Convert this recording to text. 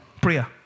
prayer